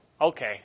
okay